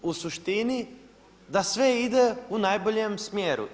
U suštini da sve ide u najboljem smjeru.